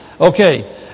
Okay